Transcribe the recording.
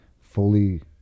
fully